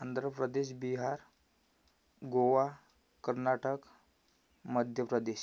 Andre Pradesh Bihar Goa Karnataka Madhya Pradesh